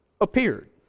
appeared